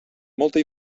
molta